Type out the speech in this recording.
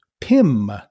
PIM